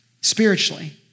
spiritually